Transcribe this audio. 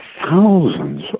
thousands